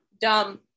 dumb